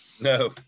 No